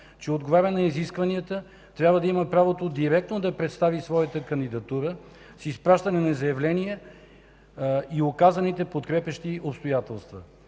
че отговаря на изискванията, трябва да има правото директно да представи своята кандидатура с изпращане на заявление и оказаните подкрепящи обстоятелства.